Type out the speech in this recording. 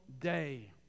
day